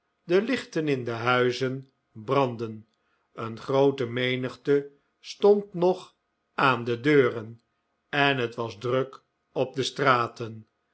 de lichten in de huizen brandden een groote menigte stond nog aan de deuren en het was druk op de straten